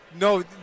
No